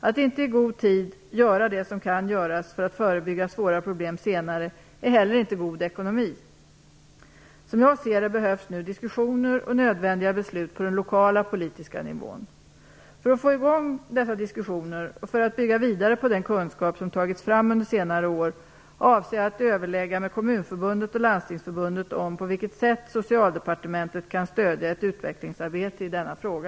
Att inte i god tid göra det som kan göras för att förebygga svåra problem senare är heller inte god ekonomi. Som jag ser det behövs nu diskussioner och nödvändiga beslut på den lokala politiska nivån. För att få i gång dessa diskussioner och för att bygga vidare på den kunskap som tagits fram under senare år avser jag att överlägga med Kommunförbundet och Landstingsförbundet om på vilket sätt Socialdepartementet kan stödja ett utvecklingsarbete i denna fråga.